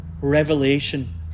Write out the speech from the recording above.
revelation